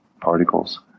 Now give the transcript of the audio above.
particles